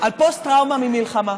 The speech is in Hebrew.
על פוסט-טראומה ממלחמה.